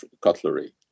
cutlery